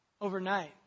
overnight